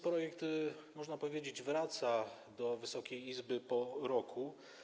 Projekt, można powiedzieć, wraca do Wysokiej Izby po roku.